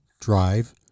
drive